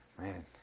Man